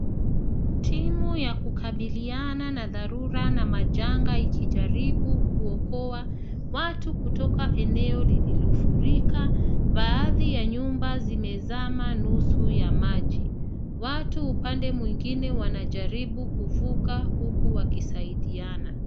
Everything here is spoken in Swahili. Timu ya kubabiliana na madhara na dharura ikijaribu kuokoa watu kutoka eneo lililofurika. Baadhi ya nyumba zimezama nusu ya maji. Watu upande mwengine wanajaribu kuvuka huku wakisaidiana.